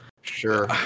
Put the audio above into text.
Sure